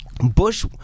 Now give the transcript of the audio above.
Bush